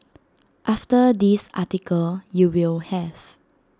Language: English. after this article you will have